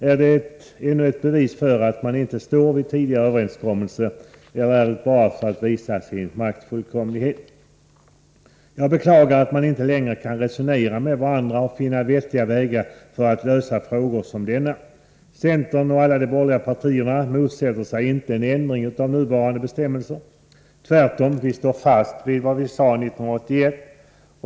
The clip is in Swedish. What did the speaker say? Är det fråga om ännu ett bevis för att man inte står vid tidigare överenskommelser, eller är det bara för att visa sin maktfullkomlighet som man handlar på detta sätt? Jag beklagar att man inte längre kan resonera med varandra och finna vettiga vägar för att lösa frågor som denna. Centern och de andra borgerliga partierna motsätter sig inte en ändring av nuvarande bestämmelse. Tvärtom, vi står fast vid vad vi sade 1981.